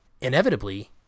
inevitably